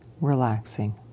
relaxing